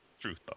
Truth